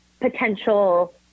potential